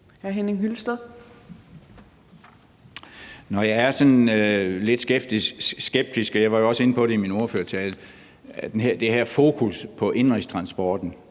sådan lidt skeptisk, og jeg var jo også inde på det i min ordførertale, i forhold til det her fokus på indenrigsflyvningen,